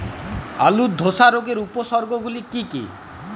আলুর ধসা রোগের উপসর্গগুলি কি কি?